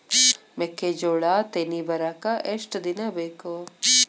ಮೆಕ್ಕೆಜೋಳಾ ತೆನಿ ಬರಾಕ್ ಎಷ್ಟ ದಿನ ಬೇಕ್?